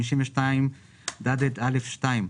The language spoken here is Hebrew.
בסעיף 52ד(א)(2),